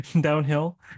Downhill